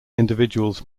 individuals